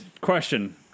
question